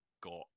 got